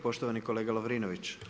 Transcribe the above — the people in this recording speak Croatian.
Poštovani kolega Lovrinović.